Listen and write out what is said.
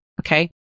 Okay